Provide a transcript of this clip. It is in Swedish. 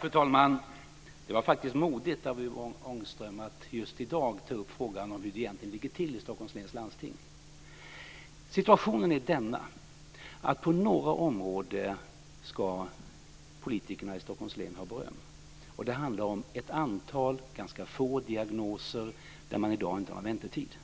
Fru talman! Det var modigt av Yvonne Ångström att just i dag ta upp frågan om hur det egentligen ligger till i Stockholms läns landsting. Situationen är den att politikerna i Stockholms län ska ha beröm på några områden. Det handlar om ett antal ganska få diagnoser där man i dag inte har några väntetider.